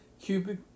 cubic